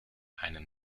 einem